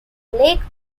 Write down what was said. lake